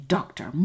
Doctor